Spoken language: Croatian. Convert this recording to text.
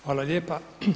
Hvala lijepa.